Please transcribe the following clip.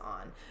on